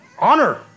honor